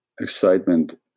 excitement